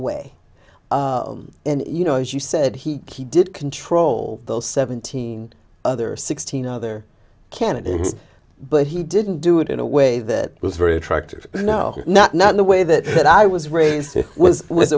way and you know as you said he key did control those seventeen other sixteen other candidates but he didn't do it in a way that was very attractive you know not not in the way that i was raised was was